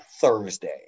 Thursday